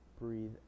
breathe